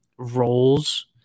roles